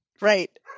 Right